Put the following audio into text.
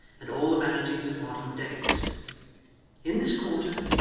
and all the vanities of modern days in this quarter,